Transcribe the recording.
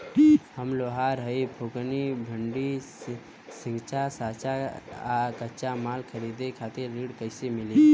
हम लोहार हईं फूंकनी भट्ठी सिंकचा सांचा आ कच्चा माल खरीदे खातिर ऋण कइसे मिली?